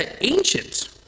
ancient